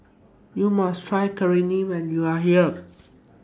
YOU must Try Kheema when YOU Are here